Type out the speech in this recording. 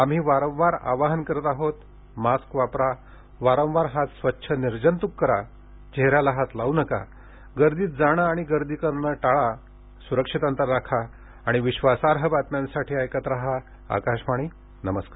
आम्ही वारंवार आवाहन करत आहोत मास्क वापरा वारंवार हात स्वच्छ निर्जंतुक करा चेहऱ्याला हात लावू नका गर्दीत जाणं आणि गर्दी करणं टाळा सुरक्षित अंतर राखा आणि विश्वासार्ह बातम्यांसाठी ऐकत रहा आकाशवाणी नमस्कार